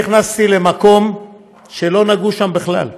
אני נכנסתי למקום שלא נגעו בו בכלל.